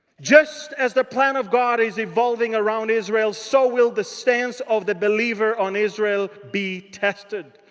just as the plan of god is evolving around israel. so will the stance of the believer on israel be tested.